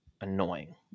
annoying